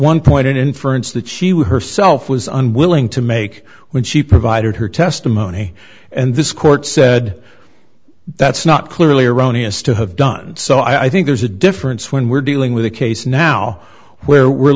one point an inference that she was herself was unwilling to make when she provided her testimony and this court said that's not clearly erroneous to have done so i think there's a difference when we're dealing with a case now where we're